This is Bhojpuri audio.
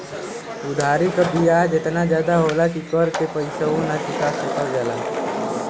उधारी क बियाज एतना जादा होला कि कर के पइसवो ना चुका सकल जाला